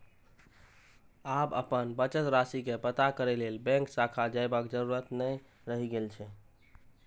आब अपन बचत राशि के पता करै लेल बैंक शाखा जयबाक जरूरत नै रहि गेल छै